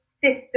system